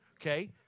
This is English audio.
okay